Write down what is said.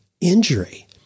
injury